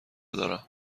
دارم